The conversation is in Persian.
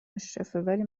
مشرفه، ولی